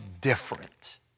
different